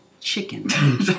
chicken